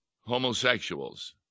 homosexuals